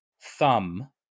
thumb